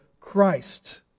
Christ